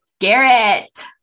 Garrett